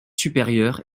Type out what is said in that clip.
supérieure